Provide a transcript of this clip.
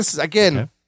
Again